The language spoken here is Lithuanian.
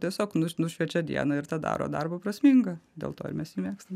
tiesiog nu nušviečia dieną ir tą daro darbą prasmingą dėl to ir mes jį mėgstam